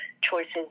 choices